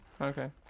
Okay